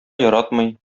яратмый